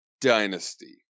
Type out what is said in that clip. Dynasty